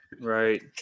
Right